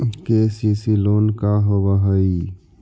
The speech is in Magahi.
के.सी.सी लोन का होब हइ?